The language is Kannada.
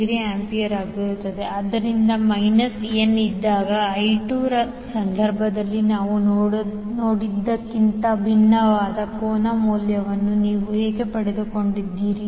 69A ಆದ್ದರಿಂದ ಮೈನಸ್ n ಇದ್ದಾಗ I2 ರ ಸಂದರ್ಭದಲ್ಲಿ ನಾವು ನೋಡಿದ್ದಕ್ಕಿಂತ ಭಿನ್ನವಾದ ಕೋನ ಮೌಲ್ಯವನ್ನು ನೀವು ಹೇಗೆ ಪಡೆದುಕೊಂಡಿದ್ದೀರಿ